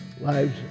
lives